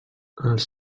els